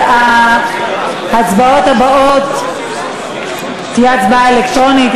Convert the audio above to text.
ההצבעות הבאות יהיו בהצבעה אלקטרונית.